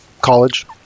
college